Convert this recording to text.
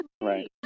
Right